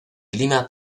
clima